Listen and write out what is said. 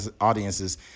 audience's